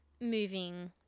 moving